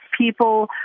People